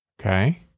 Okay